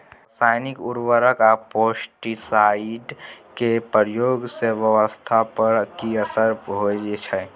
रसायनिक उर्वरक आ पेस्टिसाइड के प्रयोग से स्वास्थ्य पर कि असर होए छै?